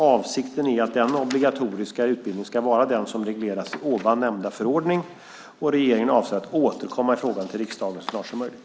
Avsikten är att den obligatoriska utbildningen ska vara den som regleras i ovan nämnda förordning. Regeringen avser att återkomma i frågan till riksdagen så snart som möjligt.